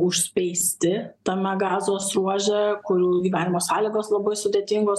užspeisti tame gazos ruože kurių gyvenimo sąlygos labai sudėtingos